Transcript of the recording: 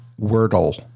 Wordle